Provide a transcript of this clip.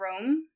Rome